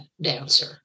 dancer